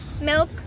milk